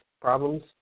problems